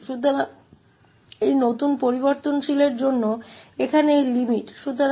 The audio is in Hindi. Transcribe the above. तो ये यहां के लिए सीमाएं हैं यह नया चर